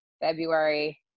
February